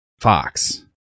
Fox